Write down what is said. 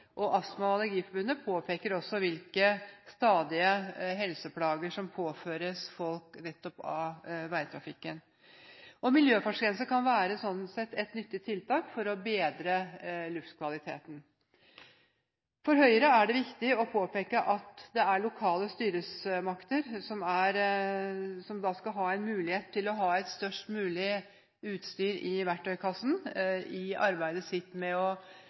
og Astma- og Allergiforbundet påpeker også hvilke stadige helseplager som påføres folk nettopp av veitrafikken. Miljøfartsgrense kan sånn sett være et nyttig tiltak for å bedre luftkvaliteten. For Høyre er det viktig å påpeke at det er lokale styresmakter som skal ha en mulighet til å ha størst mulig verktøykasse i arbeidet med